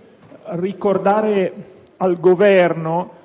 soltanto ricordare al Governo,